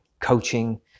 coaching